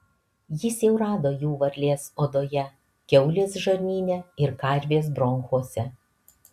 jis jau rado jų varlės odoje kiaulės žarnyne ir karvės bronchuose